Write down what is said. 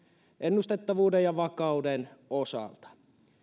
ennustettavuuden ja vakauden osalta